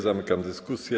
Zamykam dyskusję.